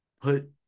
put